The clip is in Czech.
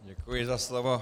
Děkuji za slovo.